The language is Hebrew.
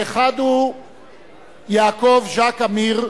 האחד הוא יעקב ז'אק אמיר,